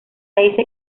dice